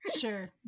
Sure